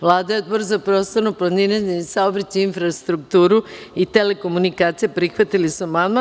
Vlada i Odbor za prostorno planiranje, saobraćaj, infrastrukturu i telekomunikacije prihvatili su amandman.